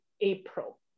April